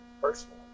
personally